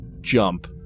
jump